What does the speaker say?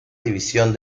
división